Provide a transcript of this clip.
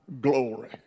glory